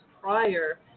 prior